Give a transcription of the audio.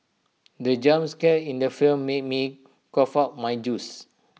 the jump scare in the film made me cough out my juice